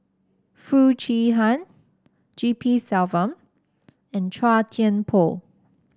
Foo Chee Han G P Selvam and Chua Thian Poh